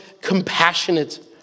compassionate